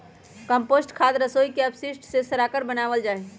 compost खाद रसोई के अपशिष्ट के सड़ाकर बनावल जा हई